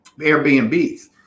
Airbnbs